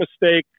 mistake